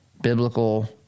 biblical